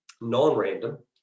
non-random